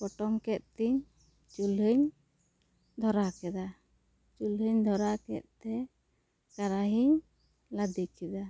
ᱯᱚᱴᱚᱢ ᱠᱮᱫ ᱛᱤᱧ ᱪᱩᱞᱦᱟᱹᱧ ᱫᱷᱚᱨᱟᱣ ᱠᱮᱫᱟ ᱪᱩᱞᱦᱟᱹᱧ ᱫᱷᱟᱨᱟᱣ ᱠᱮᱫ ᱛᱮ ᱠᱟᱨᱟᱦᱤᱧ ᱞᱟᱫᱮ ᱠᱮᱫᱟ